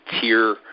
tier